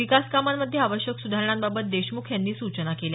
विकास कामांमध्ये आवश्यक सुधारणांबाबत देशमुख यांनी सूचना केल्या